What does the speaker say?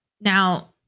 Now